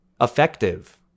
effective